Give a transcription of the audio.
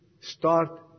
start